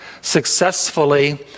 successfully